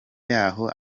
yaho